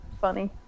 funny